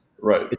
Right